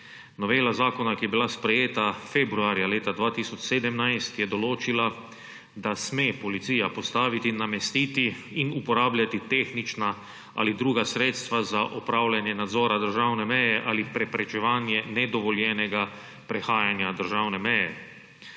Novela zakona, ki je bila sprejeta februarja 2017, je določila, da sme policija postaviti, namestiti in uporabljati tehnična ali druga sredstva za opravljanje nadzora državne meje ali preprečevanje nedovoljenega prehajanja državne meje.